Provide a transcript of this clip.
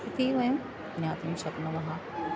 इति वयं ज्ञातुं शक्नुमः